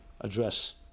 address